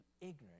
ignorant